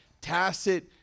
tacit